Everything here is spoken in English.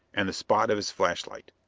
and the spot of his flashlight.